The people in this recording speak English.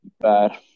bad